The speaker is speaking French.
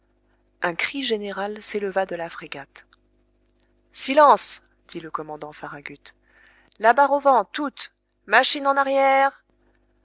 un cri général s'éleva de la frégate silence dit le commandant farragut la barre au vent toute machine en arrière